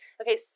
okay